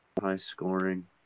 high-scoring